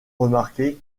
remarquer